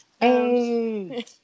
Hey